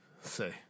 Say